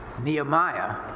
Nehemiah